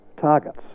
targets